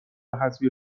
حذفی